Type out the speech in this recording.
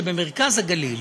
במרכז הגליל,